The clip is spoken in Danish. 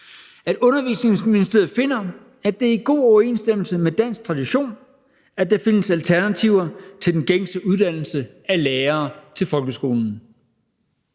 »Undervisningsministeriet finder, at det er i god overensstemmelse med dansk tradition, at der findes alternativer til den gængse uddannelse af lærere til folkeskolen.«